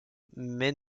mais